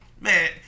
man